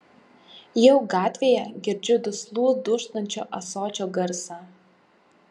jau gatvėje girdžiu duslų dūžtančio ąsočio garsą